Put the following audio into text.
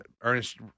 Ernest